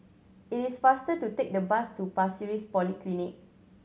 it is faster to take the bus to Pasir Ris Polyclinic